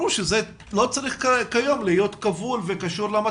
ברור שלא צריך להיות קשור וכבול למצלמה,